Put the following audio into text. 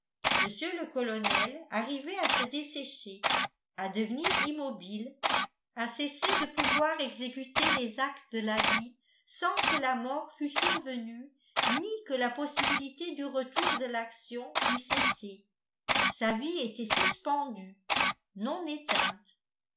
mr le colonel arrivait à se dessécher à devenir immobile à cesser de pouvoir exécuter les actes de la vie sans que la mort fût survenue ni que la possibilité du retour de l'action eût cessé sa vie était suspendue non éteinte